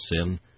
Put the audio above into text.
sin